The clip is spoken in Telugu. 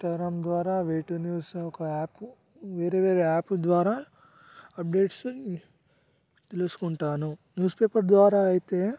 ఇన్స్టాగ్రామ్ ద్వారా వే టు న్యూస్ ఒక యాప్ వేరే వేరే యాప్ ద్వారా అప్డేట్స్ తెలుసుకుంటాను న్యూస్ పేపర్ ద్వారా అయితే